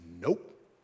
Nope